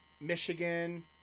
Michigan